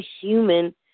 human